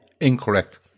Incorrect